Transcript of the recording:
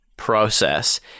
process